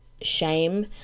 shame